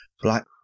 black